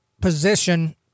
position